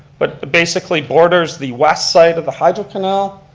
but basically borders the west side of the hydro canal.